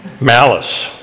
Malice